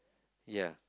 ya